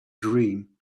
dream